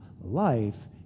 Life